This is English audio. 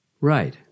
Right